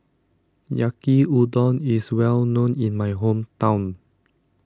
Yaki Udon is well known in my hometown